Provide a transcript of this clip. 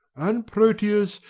and, proteus,